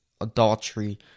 adultery